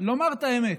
לומר את האמת,